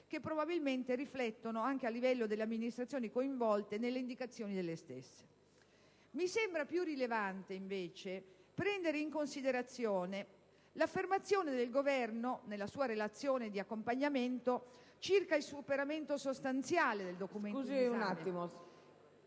che, probabilmente, si riflettono anche a livello delle amministrazioni coinvolte nella indicazione delle stesse. Mi sembra più rilevante, invece, prendere in considerazione l'affermazione del Governo nella sua relazione di accompagnamento circa il superamento sostanziale del documento in esame.